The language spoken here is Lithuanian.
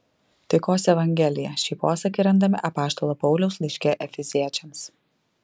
taikos evangelija šį posakį randame apaštalo pauliaus laiške efeziečiams